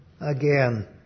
again